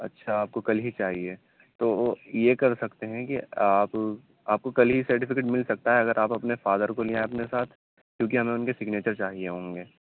اچھا آپ کو کل ہی چاہیے تو وہ یہ کر سکتے ہیں کہ آپ آپ کو کل ہی سرٹیفکیٹ مل سکتا ہے اگر آپ اپنے فادر کو لیں آئیں اپنے ساتھ کیونکہ ہمیں اُن کے سگنیچر چاہیے ہوں گے